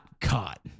caught